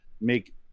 make